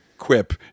quip